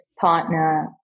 partner